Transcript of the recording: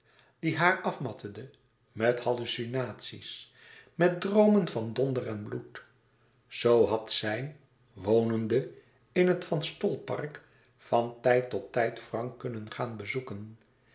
die haar afmattede met hallucinaties met droomen van donder en bloed zoo had zij wonende in het van stolpark van tijd tot tijd frank kunnen gaan bezoeken